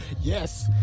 Yes